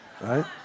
right